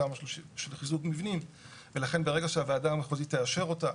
חיזוק מבנים ולכן ברגע שהוועדה המחוזית תאשר אותה,